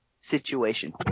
situation